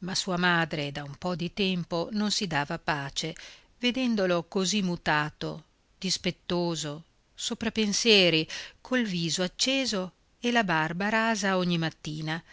ma sua madre da un po di tempo non si dava pace vedendolo così mutato dispettoso sopra pensieri col viso acceso e la barba rasa ogni mattina